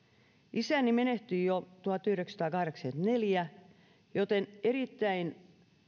isäni menehtyi jo tuhatyhdeksänsataakahdeksankymmentäneljä joten erittäin